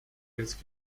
else